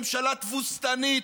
ממשלה תבוסתנית,